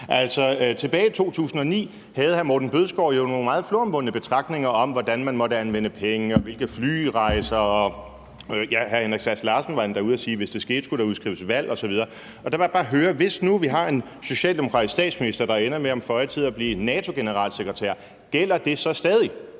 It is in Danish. tilbage i 2009 havde hr. Morten Bødskov jo nogle meget floromvundne betragtninger om, hvordan man måtte anvende penge, og hvilke flyrejser man måtte tage. Ja, hr. Henrik Sass Larsen var endda ude at sige, at hvis det skete, skulle der udskrives valg osv. Der vil jeg bare høre: Hvis nu vi har en socialdemokratisk statsminister, der ender med om føje tid at blive NATO-generalsekretær, gælder det så stadig?